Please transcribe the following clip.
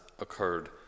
occurred